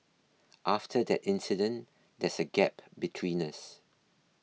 after that incident there's a gap between us